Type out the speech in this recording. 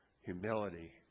humility